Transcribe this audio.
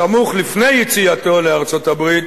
סמוך לפני יציאתו לארצות-הברית,